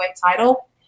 title